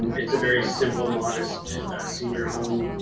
it's a very simple, modest senior home.